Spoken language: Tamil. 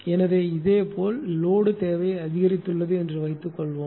எனவே இதேபோல் லோடு தேவை அதிகரித்துள்ளது என்று வைத்துக்கொள்வோம்